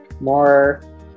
more